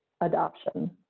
adoption